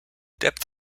depth